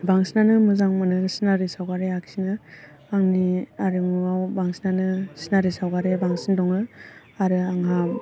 बांसिनानो मोजां मोनो सिनारि सावगारि आखिनो आंनि आरिमुआव बांसिनानो सिनारि सावगारिया बांसिन दङो आरो आंहा